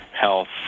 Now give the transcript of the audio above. health